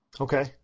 Okay